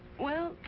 well,